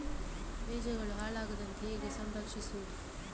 ಬೀಜಗಳು ಹಾಳಾಗದಂತೆ ಹೇಗೆ ಸಂರಕ್ಷಿಸಬಹುದು?